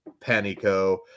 Panico